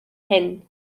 hyn